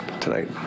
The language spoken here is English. tonight